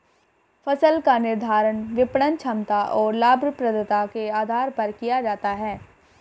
फसल का निर्धारण विपणन क्षमता और लाभप्रदता के आधार पर किया जाता है